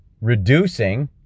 reducing